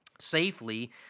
safely